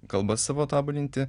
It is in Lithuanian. kalbas savo tobulinti